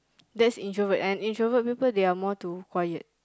that's introvert and introvert people they are more to quiet